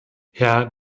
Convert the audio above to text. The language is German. herr